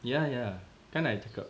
yeah yeah kan I cakap